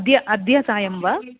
अद्य अद्य सायं वा